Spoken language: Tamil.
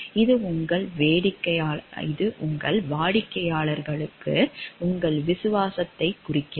இது உங்கள் வாடிக்கையாளர்களுக்கு உங்கள் விசுவாசத்தை குறிக்கிறது